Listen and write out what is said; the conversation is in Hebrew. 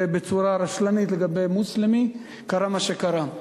בצורה רשלנית, לגבי מוסלמי, קרה מה שקרה.